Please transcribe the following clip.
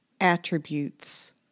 attributes